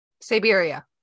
siberia